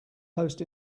post